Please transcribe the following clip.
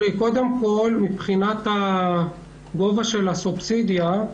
מבחינת גובה הסובסידיה,